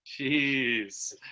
Jeez